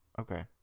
Okay